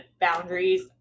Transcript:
boundaries